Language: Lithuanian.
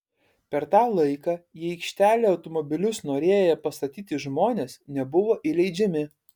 per tą laiką į aikštelę automobilius norėję pastatyti žmonės nebuvo įleidžiami